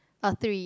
uh three